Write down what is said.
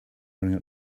running